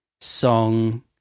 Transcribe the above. song